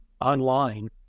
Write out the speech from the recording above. online